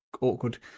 awkward